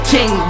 King